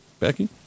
Becky